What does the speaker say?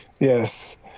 Yes